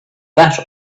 that